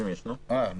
אני